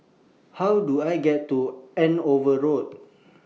How Do I get to Andover Road